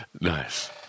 Nice